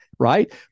Right